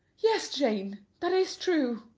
yes, jane, that is true.